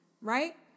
Right